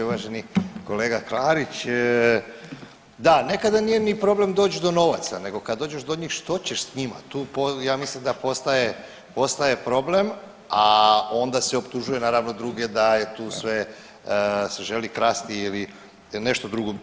Uvaženi kolega Klarić, da nekada nije ni problem doći do novaca nego kad dođeš do njih što ćeš s njima, tu ja mislim da postaje problem, a onda se optužuje naravno druge da je tu sve se želi krasti ili nešto drugo.